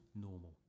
normal